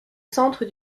centre